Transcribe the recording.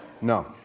No